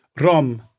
Rom